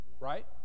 Right